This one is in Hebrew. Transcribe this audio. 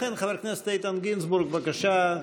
לכן, חבר הכנסת איתן גינזבורג, בבקשה.